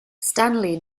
stanley